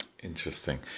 Interesting